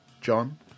John